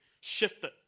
shifted